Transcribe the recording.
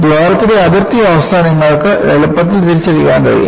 ദ്വാരത്തിലെ അതിർത്തി അവസ്ഥ നിങ്ങൾക്ക് എളുപ്പത്തിൽ തിരിച്ചറിയാൻ കഴിയും